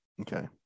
Okay